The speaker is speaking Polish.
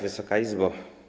Wysoka Izbo!